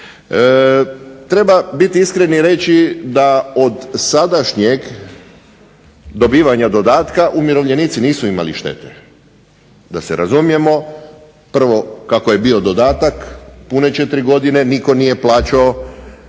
Treba biti iskren i reći da od sadašnjeg dobivanja dodatka umirovljenici nisu imali štete, da se razumijemo. Prvo, kako je bio dodatak pune 4 godine nitko nije plaćao